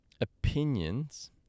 opinions